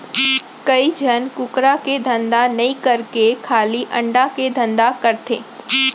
कइ झन कुकरा के धंधा नई करके खाली अंडा के धंधा करथे